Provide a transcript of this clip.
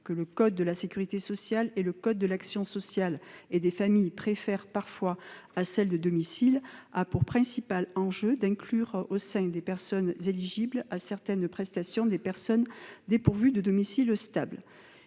que le code de la sécurité sociale et le code de l'action sociale et des familles préfèrent parfois à celle de domicile a pour principal enjeu d'inclure au sein des personnes éligibles à certaines prestations des personnes dépourvues de domicile stable.